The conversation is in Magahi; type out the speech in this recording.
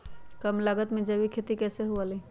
कम लागत में जैविक खेती कैसे हुआ लाई?